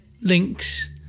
links